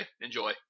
Enjoy